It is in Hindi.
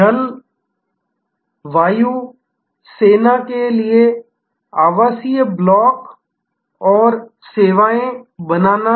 जल वायु सेना के लिए आवासीय ब्लॉक और सेवाएं बनाना